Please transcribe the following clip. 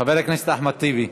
חבר הכנסת אחמד טיבי,